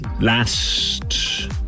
last